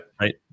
right